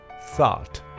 thought